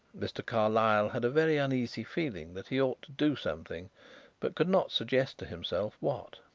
mr. carlyle had a very uneasy feeling that he ought to do something but could not suggest to himself what.